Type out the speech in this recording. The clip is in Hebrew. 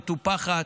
מטופחת.